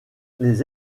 les